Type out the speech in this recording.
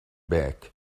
back